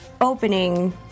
opening